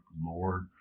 Lord